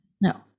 No